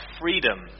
freedom